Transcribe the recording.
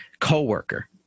coworker